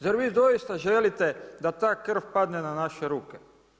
Zar vi doista želite da ta krv padne na naše ruke?